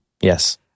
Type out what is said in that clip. Yes